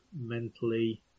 mentally